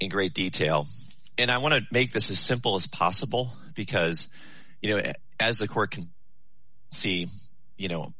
in great detail and i want to make this a simple as possible because you know it as the court can see you know